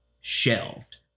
shelved